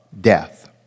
death